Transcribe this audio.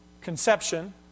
conception